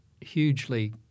hugely